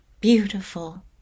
beautiful